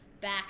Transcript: back